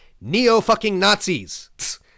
Neo-fucking-Nazis